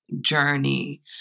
journey